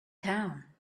town